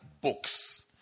books